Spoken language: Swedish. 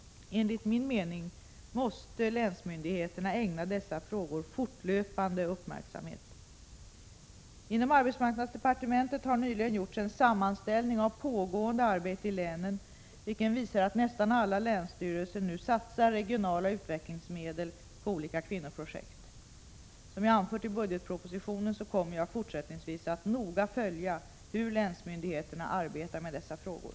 Enligt min mening måste länsmyndigheterna ägna dessa frågor fortlöpande uppmärksamhet. Inom arbetsmarknadsdepartementet har nyligen gjorts en sammanställning av pågående arbete i länen, vilken visar att nästan alla länsstyrelser nu satsar regionala utvecklingsmedel på olika kvinnoprojekt. Som jag anfört i budgetpropositionen kommer jag fortsättningsvis att noga följa hur länsmyndigheterna arbetar med dessa frågor.